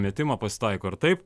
metimą pasitaiko ir taip